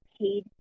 paid